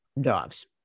dogs